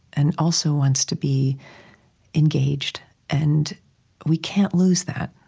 and also, wants to be engaged and we can't lose that,